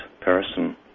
person